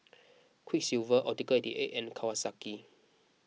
Quiksilver Optical eight eight and Kawasaki